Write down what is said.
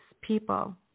people